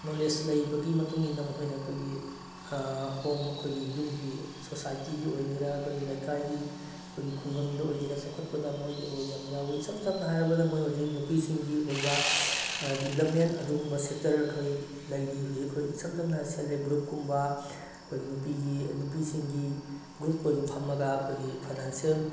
knowledge ꯂꯩꯕꯒꯤ ꯃꯇꯨꯡ ꯏꯟꯅ ꯃꯈꯣꯏꯅ ꯑꯩꯈꯣꯏꯒꯤ ꯍꯣꯝ ꯑꯩꯈꯣꯏꯒꯤ ꯌꯨꯝꯒꯤ ꯁꯣꯁꯥꯏꯇꯤꯒꯤ ꯑꯣꯏꯒꯦꯔ ꯑꯩꯈꯣꯏ ꯂꯩꯀꯥꯏꯒꯤ ꯑꯩꯈꯣꯏꯒꯤ ꯈꯨꯡꯒꯪꯗ ꯑꯣꯏꯒꯦꯔ ꯆꯥꯎꯈꯠꯄꯗ ꯃꯣꯏꯒꯤ ꯔꯣꯜ ꯌꯥꯝ ꯌꯥꯎꯏ ꯏꯁꯝ ꯁꯝꯅ ꯍꯥꯏꯔꯕꯗ ꯃꯣꯏ ꯍꯧꯖꯤꯛ ꯅꯨꯄꯤꯁꯤꯡꯒꯤ ꯑꯣꯏꯕ ꯗꯤꯕ꯭ꯂꯞꯃꯦꯟ ꯑꯗꯨꯒꯨꯝꯕ ꯁꯦꯠꯇ꯭ꯔ ꯑꯩꯈꯣꯏ ꯂꯩꯔꯤ ꯍꯧꯖꯤꯛ ꯑꯩꯈꯣꯏ ꯏꯁꯝ ꯁꯝꯅ ꯁꯦꯂꯦꯞ ꯒ꯭ꯔꯨꯞꯀꯨꯝꯕ ꯑꯩꯈꯣꯏꯒꯤ ꯅꯨꯄꯤꯒꯤ ꯅꯨꯄꯤꯁꯤꯡꯒꯤ ꯒ꯭ꯔꯨꯞ ꯑꯣꯏꯕ ꯐꯝꯃꯒ ꯑꯩꯈꯣꯏꯒꯤ ꯐꯩꯅꯥꯟꯁ꯭ꯌꯦꯜ